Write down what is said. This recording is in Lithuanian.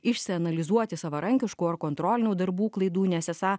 išsianalizuoti savarankiškų ir kontrolinių darbų klaidų nes esą